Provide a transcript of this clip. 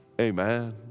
Amen